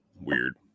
weird